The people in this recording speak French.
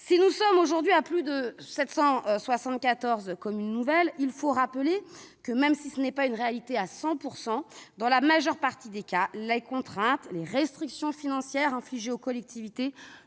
S'il existe aujourd'hui plus de 774 communes nouvelles, il faut rappeler que, même si ce n'est pas une réalité à 100 %, dans la majeure partie des cas, les contraintes et les restrictions financières infligées aux collectivités,